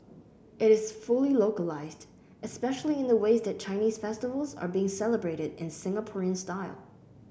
it is fully localised especially in the ways that Chinese festivals are being celebrated in Singaporean style